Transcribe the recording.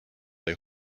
they